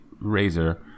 razor